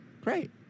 great